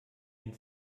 den